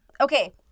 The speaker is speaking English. Okay